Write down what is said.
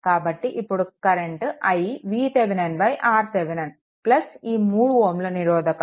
కాబట్టి ఇప్పుడు current i VThevenin RThevenin ఈ 3 Ω నిరోధకం